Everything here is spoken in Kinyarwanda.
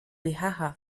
bihaha